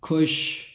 खुश